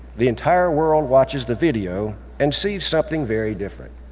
the entire world watches the video and sees something very different.